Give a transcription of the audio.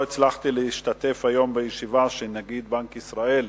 לא הצלחתי להשתתף היום בישיבה של ועדת הכספים עם נגיד בנק ישראל.